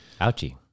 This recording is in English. Ouchie